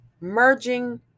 merging